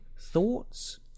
Thoughts